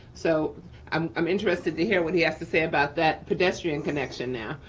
so i'm i'm interested to hear what he has to say about that pedestrian connection now.